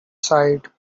sighed